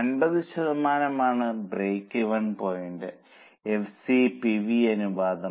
50 ശതമാനം ആണ് breakeven point FC PV അനുപാതം